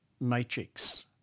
matrix